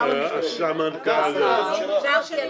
דיברת גם על הקשירות, וגם על משטחים.